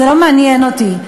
זה לא מעניין אותי.